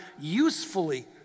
usefully